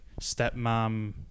stepmom